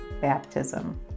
baptism